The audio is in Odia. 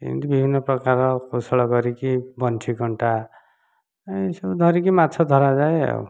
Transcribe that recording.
ଏମିତି ବିଭିନ୍ନ ପ୍ରକାର କୌଶଳ କରିକି ବନ୍ଶୀ କଣ୍ଟା ଏମିତି ସବୁ ଧରିକି ମାଛ ଧରାଯାଏ ଆଉ